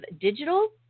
digital